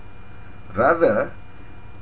rather